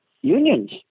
unions